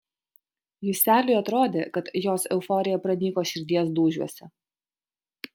juseliui atrodė kad jos euforija pranyko širdies dūžiuose